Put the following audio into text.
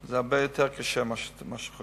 זה הרבה יותר קשה ממה שחושבים.